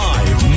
Live